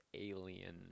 Alien